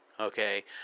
Okay